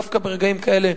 דווקא ברגעים כאלה,